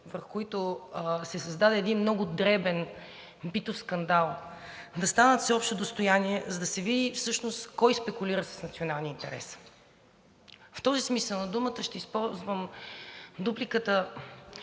с които се създаде един много дребен битов скандал, да станат всеобщо достояние, за да се види всъщност кой спекулира с националния интерес. В този смисъл на думата ще използвам дупликата